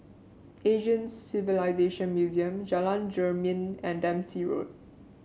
Asian Civilisation Museum Jalan Jermin and Dempsey Road